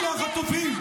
פרסום, פופוליזם זול.